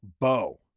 bow